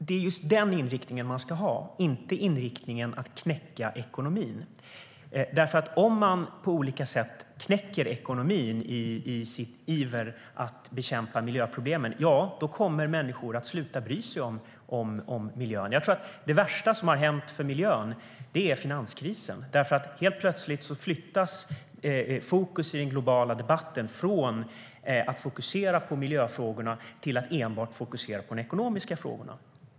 Det är den inriktningen vi ska ha, inte inriktningen att knäcka ekonomin. Om man i sin iver att bekämpa miljöproblemen knäcker ekonomin, ja då kommer människor att sluta bry sig om miljön. Det värsta som har hänt för miljön är finanskrisen. Helt plötsligt har den globala debatten flyttats från att fokusera på miljöfrågorna till att enbart fokusera på de ekonomiska frågorna.